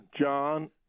john